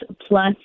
plus